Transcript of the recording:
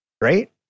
right